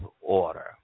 order